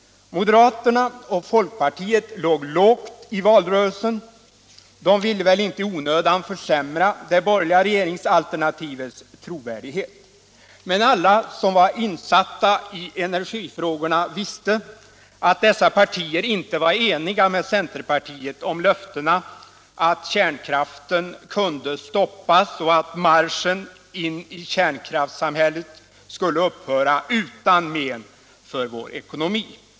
Moderaterna och folkpartiet låg lågt i valrörelsen. De ville väl inte i onödan försämra det borgerliga regeringsalternativets trovärdighet. Men alla som var insatta i energifrågorna visste att dessa partier inte var eniga med centerpartiet om löftena att kärnkraften kunde stoppas och att marschen in i kärnkraftssamhället skulle upphöra utan men för vår ekonomi.